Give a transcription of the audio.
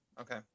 Okay